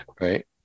right